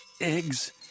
eggs